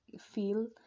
feel